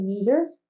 users